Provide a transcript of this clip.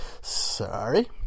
Sorry